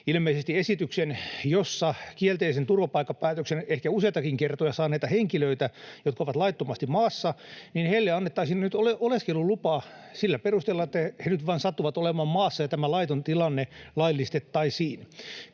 ilmeisesti esityksen, jossa kielteisen turvapaikkapäätöksen ehkä useitakin kertoja saaneille henkilöille, jotka ovat laittomasti maassa, annettaisiin nyt oleskelulupa sillä perusteella, että he nyt vain sattuvat olemaan maassa, ja tämä laiton tilanne laillistettaisiin.